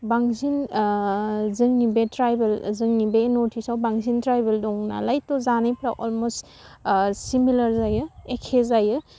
बांसिन ओह जोंनि बे ट्राइबेल जोंनि बे नर्टटिसाव बांसिन ट्राइबेल दं नालायथ' जानायफोरा अलमस्ट सिमिलार जायो एखे जायो